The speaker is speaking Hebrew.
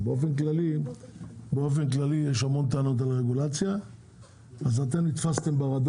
באופן כללי יש הרבה טענות על הרגולציה ומשרד הבריאות